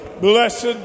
Blessed